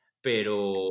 pero